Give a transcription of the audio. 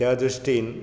त्या दृश्टीन